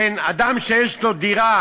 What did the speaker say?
בין אדם שיש לו דירה